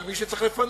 על מי שצריך לפנות.